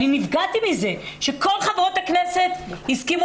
אני נפגעתי מזה שכל חברות הכנסת הסכימו